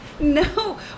No